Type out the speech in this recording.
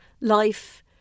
life